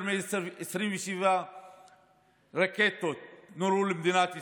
יותר מ-27 רקטות נורו למדינת ישראל.